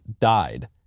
died